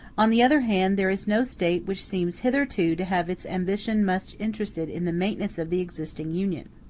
on the other hand, there is no state which seems hitherto to have its ambition much interested in the maintenance of the existing union.